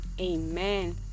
Amen